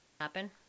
Happen